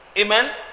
Amen